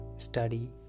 study